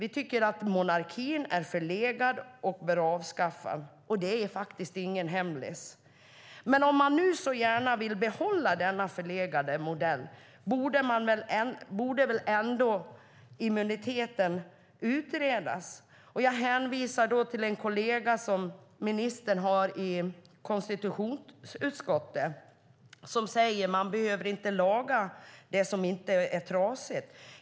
Vi tycker att monarkin är förlegad och bör avskaffas; det är ingen hemlis. Men om ni nu så gärna vill behålla denna förlegade modell borde väl ändå immuniteten utredas? Jag hänvisar till en kollega som ministern har i konstitutionsutskottet som säger att man inte behöver laga det som inte är trasigt.